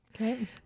Okay